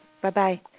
Bye-bye